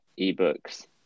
eBooks